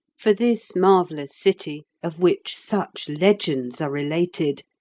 for this marvellous city, of which such legends are related,